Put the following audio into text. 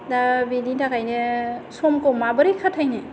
दा बेनि थाखायनो समखौ माबोरै खाथायनो